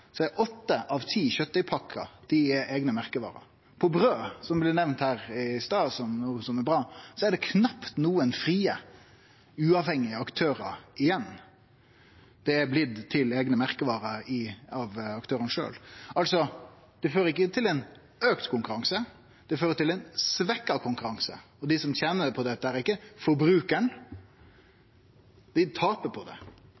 er åtte av ti kjøtdeigpakkar eigne merkevarer. På brød, som blei nemnt her i stad, som er bra, er det knapt nokon frie, uavhengige aktørar igjen. Det er blitt til eigne merkevarer av aktørane sjølve. Altså: Det fører ikkje til auka konkurranse, det fører til svekt konkurranse, og dei som tener på dette, er ikkje forbrukarane – dei taper på det.